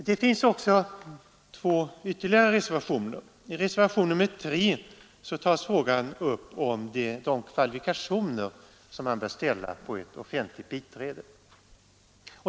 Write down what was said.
Sedan finns det ytterligare två reservationer. I reservationen 3 tar man upp frågan om de kvalifikationer som bör ställas på ett offentligt biträde.